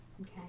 Okay